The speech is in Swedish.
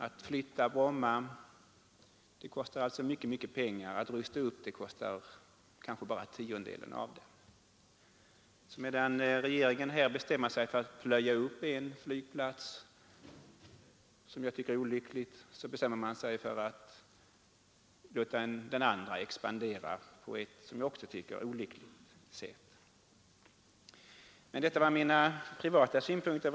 Att flytta Bromma flygplats kostar alltså mycket pengar, att rusta upp den kostar kanske bara tiondelen. Regeringen bestämmer sig för att plöja upp en flygplats, vilket jag tycker är olyckligt, och bestämmer sig för att låta den andra expandera på ett som jag också tycker olyckligt sätt. Detta var mina privata synpunkter.